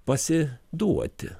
pasi duoti